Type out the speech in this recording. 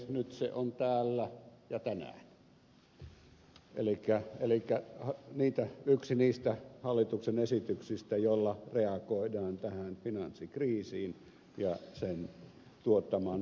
nyt se on täällä tänään yksi niistä hallituksen esityksistä joilla reagoidaan tähän finanssikriisiin ja sen tuottamaan talouskurimukseen kunnille